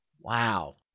Wow